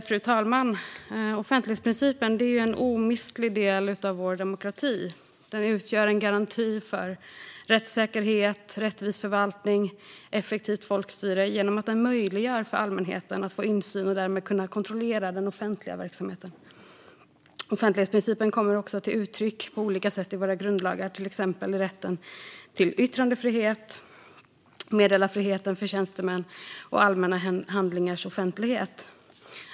Fru talman! Offentlighetsprincipen är en omistlig del av vår demokrati. Den utgör en garanti för rättssäkerhet, rättvis förvaltning och effektivt folkstyre genom att den möjliggör för allmänheten att få insyn i och därmed kunna kontrollera den offentliga verksamheten. Offentlighetsprincipen kommer till uttryck på olika sätt i våra grundlagar, till exempel i rätten till yttrandefrihet, meddelarfriheten för tjänstemän och allmänna handlingars offentlighet.